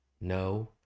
No